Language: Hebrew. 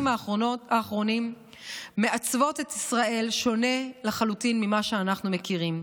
האחרונים מעצבות ישראל שונה לחלוטין ממה שאנחנו מכירים,